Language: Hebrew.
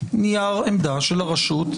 נייר עמדה של הרשות.